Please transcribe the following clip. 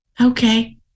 Okay